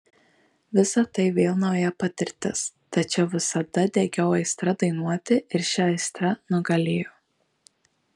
visa tai vėl nauja patirtis tačiau visada degiau aistra dainuoti ir ši aistra nugalėjo